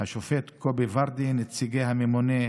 השופט קובי ורדי, נציגי הממונה,